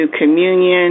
communion